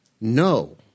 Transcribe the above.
no